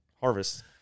harvest